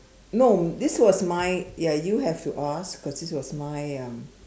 no this was my ya you have to ask cause this was my um